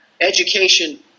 education